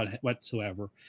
whatsoever